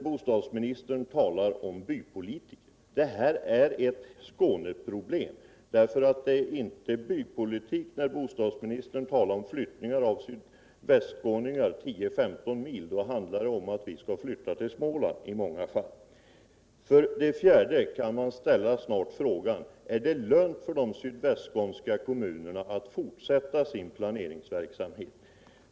Bostadsministern talar om bypolitiker. Detta är ett Skåneproblem. Det är inte bypolitik, när bostadsministern talar om flyttning av sydvästskåningar 10-15 mil. Då handlar det om att vi skall flytta till Småland i många fall. Snart kan man fråga: Är det lönt för de sydvästskånska kommunerna att fortsätta sin plancringsverksamhet?